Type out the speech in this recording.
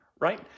right